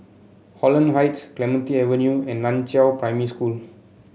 Holland Heights Clementi Avenue and Nan Chiau Primary School